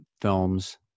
films